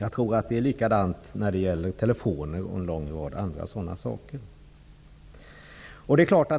Jag tror att det är likadant när det gäller telefoner och en lång rad andra saker.